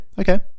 Okay